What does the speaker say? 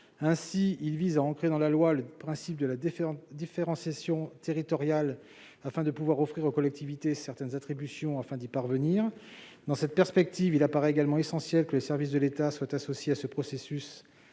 Ainsi, il ancre dans la loi le principe de la différenciation territoriale en offrant aux collectivités certaines attributions afin d'y parvenir. Dans cette perspective, il apparaît essentiel que les services de l'État soient associés à ce processus,